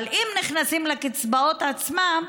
אבל אם נכנסים לקצבאות עצמן,